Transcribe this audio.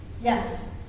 Yes